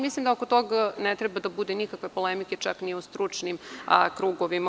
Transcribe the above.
Mislim da oko toga ne treba da bude nikakve polemike, čak ni u stručnim krugovima.